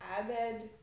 Abed